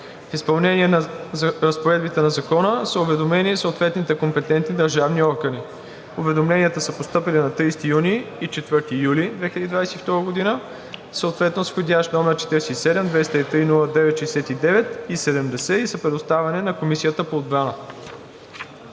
В изпълнение на разпоредбите на Закона са уведомени съответните компетентни държавни органи. Уведомленията са постъпили на 30 юни и 4 юли 2022 г., съответно с входящи № 47-203-09-69 и № 47 203-09-70, и са предоставени на Комисията по отбрана.